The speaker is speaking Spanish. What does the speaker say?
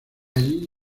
allí